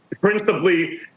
principally